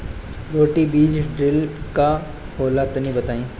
Roto बीज drill का होला तनि बताई?